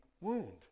wound